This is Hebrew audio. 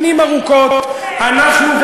שנים ארוכות אנחנו,